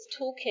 toolkit